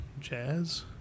jazz